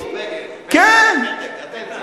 קדנציה, קדנציה.